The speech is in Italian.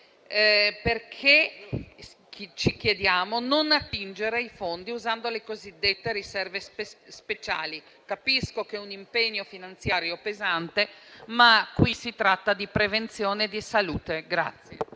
Perché - ci chiediamo - non attingere i fondi dalle cosiddette riserve speciali? Capisco sia un impegno finanziario pesante, ma qui si tratta di prevenzione nell'ambito